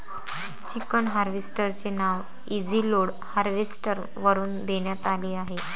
chicken harvester चे नाव easy load harvester वरून देण्यात आले आहे